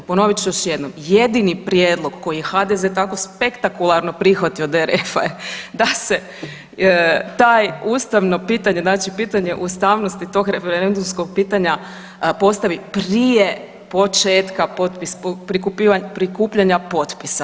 Ponovit ću još jednom, jedini prijedlog koji je HDZ tako spektakularno prihvatio od RF-a je da se to ustavno pitanje znači pitanje ustavnosti tog referendumskog pitanja postavi prije početka prikupljanja potpisa.